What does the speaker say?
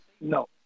No